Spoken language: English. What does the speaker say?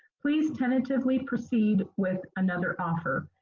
please tentatively proceed with another offer.